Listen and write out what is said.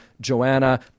Joanna